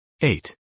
Eight